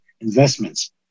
investments